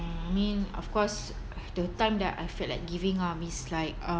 ya I mean of course the time that I felt like giving up is like uh